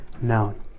known